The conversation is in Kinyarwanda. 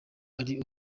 ari